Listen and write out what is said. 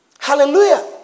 Hallelujah